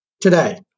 Today